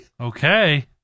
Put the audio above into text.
Okay